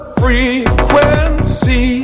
frequency